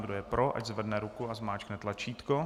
Kdo je pro, ať zvedne ruku a zmáčkne tlačítko.